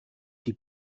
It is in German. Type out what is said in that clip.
die